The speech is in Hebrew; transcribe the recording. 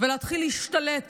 ולהתחיל להשתלט